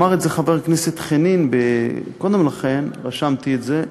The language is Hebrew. אמר את זה חבר הכנסת חנין קודם לכן, ורשמתי את זה.